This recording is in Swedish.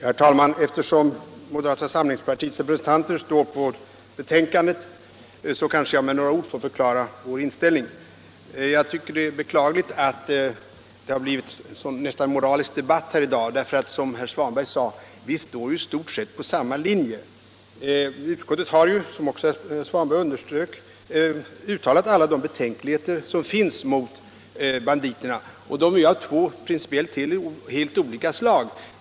Herr talman! Eftersom moderata samlingspartiets representanter står bakom majoritetsbetänkandet kanske jag med några ord får förklara vår inställning. Det är beklagligt att det blivit en nästan moralisk debatt här i dag. Vi står ju, som herr Svanberg sade, i stort sett på samma linje. Ut 21 skottsmajoriteten har - som också herr Svanberg underströk — uttalat alla de betänkligheter som finns mot banditerna. De är av två principiellt helt olika slag.